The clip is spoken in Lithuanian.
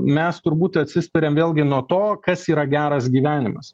mes turbūt atsispiriam vėlgi nuo to kas yra geras gyvenimas